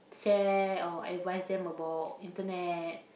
share or advice them about internet